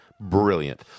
brilliant